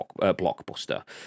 blockbuster